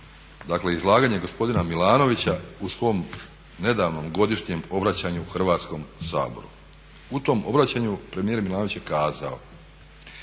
izlaganje gospodina Milanovića u svom nedavnom godišnjem obraćanju Hrvatskom saboru. U tom obraćanju premijer Milanović je kazao: